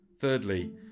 Thirdly